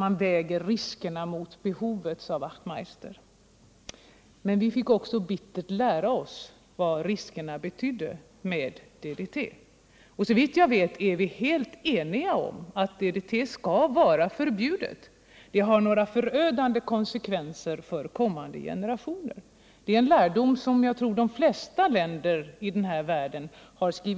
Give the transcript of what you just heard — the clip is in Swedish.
Man väger riskerna mot behovet, sade Hans Wachtmeister. Men vi fick också bittert lära oss vilka riskerna med DDT var. Såvitt jag vet är vi helt eniga om att DDT skall vara förbjudet. Det har förödande konsekvenser för kommande generationer. Det är en lärdom som jag tror de flesta länder i världen har